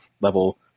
level